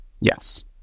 Yes